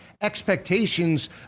expectations